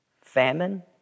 famine